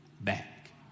back